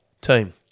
team